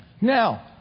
Now